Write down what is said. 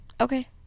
okay